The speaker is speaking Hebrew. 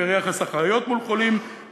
פר יחס אחיות מול חולים,